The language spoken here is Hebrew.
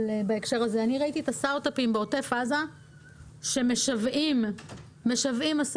ראיתי את הסטארט אפים בעוטף עזה שמשוועים לכסף